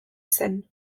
zen